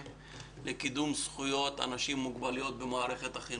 לקידום זכויות אנשים עם מוגבלויות במערכת החינוך.